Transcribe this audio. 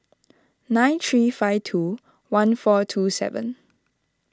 nine three five two one four two seven